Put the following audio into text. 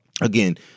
again